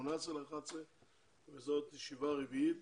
8.11 וזאת ישיבה רביעית